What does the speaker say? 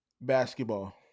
basketball